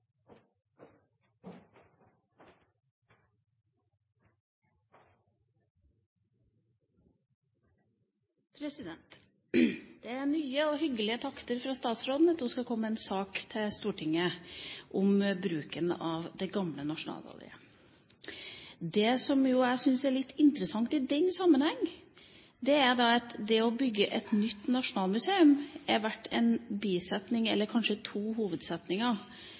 nye og hyggelige takter fra statsråden at hun skal komme med en sak til Stortinget om bruken av det gamle Nasjonalgalleriet. Det jeg syns er litt interessant i den sammenheng, er at det å bygge et nytt nasjonalmuseum har vært en bisetning eller kanskje to hovedsetninger